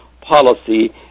policy